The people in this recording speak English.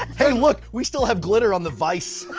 hey look, we still have glitter on the vice!